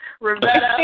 Rebecca